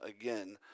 again